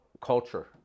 culture